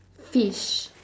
fish